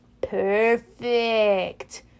Perfect